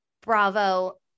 Bravo